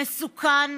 מסוכן,